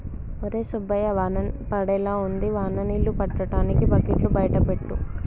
ఒరై సుబ్బయ్య వాన పడేలా ఉంది వాన నీళ్ళు పట్టటానికి బకెట్లు బయట పెట్టు